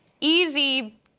easy